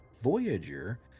Voyager